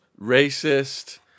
racist